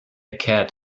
cat